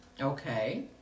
Okay